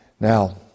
Now